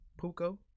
Puko